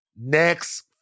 next